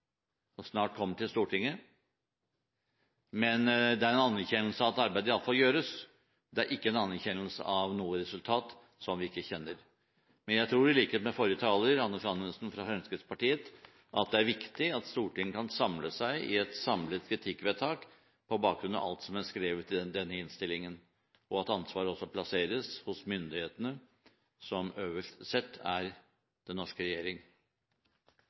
og snart kommer til Stortinget, men det er en anerkjennelse av at arbeidet i hvert fall gjøres. Det er ikke en anerkjennelse av et resultat som vi ikke kjenner. Men jeg tror i likhet med forrige taler, Anders Anundsen fra Fremskrittspartiet, at det er viktig at Stortinget kan samle seg i et kritikkvedtak på bakgrunn av alt som er skrevet i denne innstillingen, og at ansvaret også plasseres hos myndighetene, som øverst sett er den norske regjering.